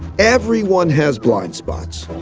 everyone has blind spots.